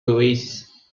oasis